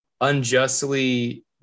unjustly